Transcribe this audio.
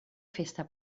festa